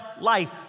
life